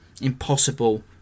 impossible